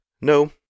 no